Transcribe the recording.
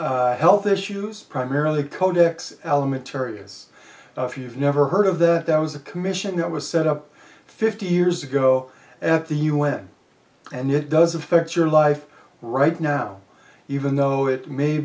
with health issues primarily codex alimentarius if you've never heard of the that was a commission that was set up fifty years ago at the u n and it does affect your life right now even though it may